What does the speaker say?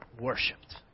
worshipped